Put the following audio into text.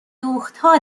دوختها